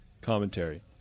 commentary